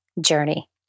journey